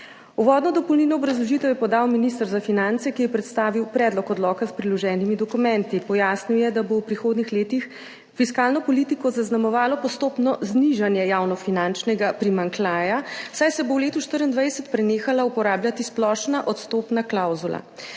Uvodno dopolnilno obrazložitev je podal minister za finance, ki je predstavil predlog odloka s priloženimi dokumenti. Pojasnil je, da bo v prihodnjih letih fiskalno politiko zaznamovalo postopno znižanje javnofinančnega primanjkljaja, saj se bo v letu 2024 prenehala uporabljati splošna odstopna klavzula.